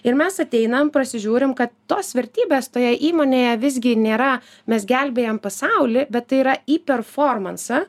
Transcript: ir mes ateinam prasižiūrim kad tos vertybės toje įmonėje visgi nėra mes gelbėjam pasaulį bet tai yra į performansą